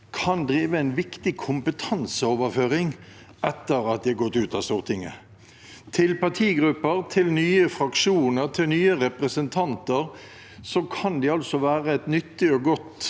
kan drive med en viktig kompetanseoverføring etter at de er gått ut av Stortinget. For partigrupper, nye fraksjoner og nye representanter kan de være et nyttig og godt